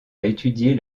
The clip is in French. étudier